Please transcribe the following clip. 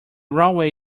railway